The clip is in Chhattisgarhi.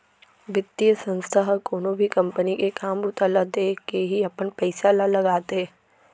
बितीय संस्था ह कोनो भी कंपनी के काम बूता ल देखके ही अपन पइसा ल लगाथे